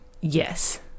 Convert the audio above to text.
yes